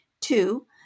Two